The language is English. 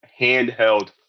handheld